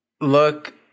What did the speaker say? Look